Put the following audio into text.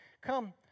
Come